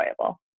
enjoyable